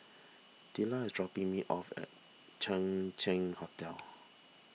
Della is dropping me off at Chang Ziang Hotel